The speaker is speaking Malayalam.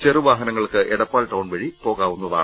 ചെറുവാഹനങ്ങൾക്ക് എടപ്പാൾ ടൌൺ വഴി പ്രോകാവുന്നതാണ്